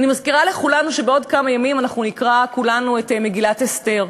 אני מזכירה לכולנו שבעוד כמה ימים אנחנו נקרא כולנו את מגילת אסתר.